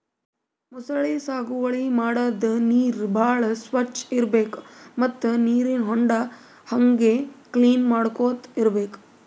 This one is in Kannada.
ಮೊಸಳಿ ಸಾಗುವಳಿ ಮಾಡದ್ದ್ ನೀರ್ ಭಾಳ್ ಸ್ವಚ್ಚ್ ಇರ್ಬೆಕ್ ಮತ್ತ್ ನೀರಿನ್ ಹೊಂಡಾ ಹಂಗೆ ಕ್ಲೀನ್ ಮಾಡ್ಕೊತ್ ಇರ್ಬೆಕ್